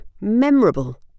memorable